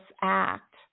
act